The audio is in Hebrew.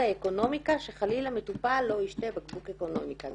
האקונומיקה שחלילה מטופל לא ישתה בקבוק אקונומיקה,